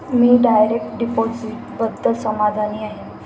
मी direct डिपॉझिटबद्दल समाधानी आहे